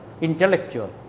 intellectual